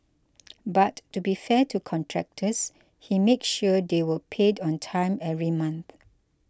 but to be fair to contractors he made sure they were paid on time every month